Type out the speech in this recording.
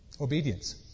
Obedience